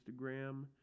Instagram